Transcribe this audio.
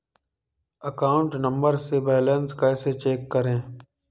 Account number से balance कैसे check करें?